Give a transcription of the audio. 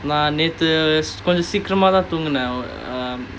நான் நேத்து கொஞ்சம் சீக்கிரமாத்தான் தூங்குனேன்:naan nethu konjam seekiramaathaan thoongunaen um